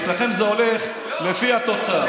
אצלכם זה הולך לפי התוצר.